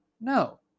No